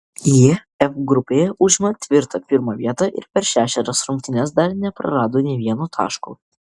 jie f grupėje užima tvirtą pirmą vietą ir per šešerias rungtynes dar neprarado nė vieno taško